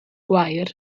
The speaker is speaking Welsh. gwair